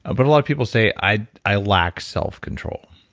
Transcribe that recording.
ah but a lot of people say, i i lack self-control.